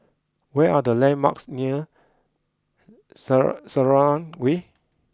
where are the landmarks near Sara Selarang Way